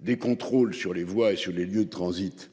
des contrôles sur les voix et sur les lieux de transit